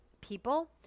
people